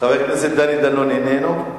חבר הכנסת דני דנון, איננו.